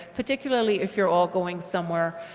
particularly if you're all going somewhere,